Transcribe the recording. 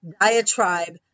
diatribe